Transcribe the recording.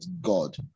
God